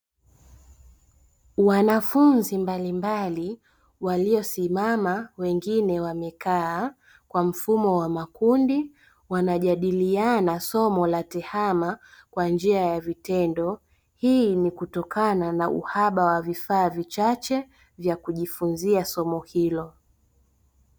Wanafunzi mbalimbali waliosimama wengine wakekaa kwa mfumo wa makundi wanajadiliana somo la tehama kwa njia ya vitendo hii ni kutokana na uhaba wa vifaa vichache vya kujifunzia somo hilo.